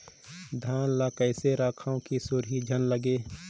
धान ल कइसे रखव कि सुरही झन लगे?